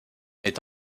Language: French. est